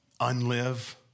unlive